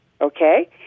okay